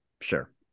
Sure